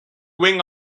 wing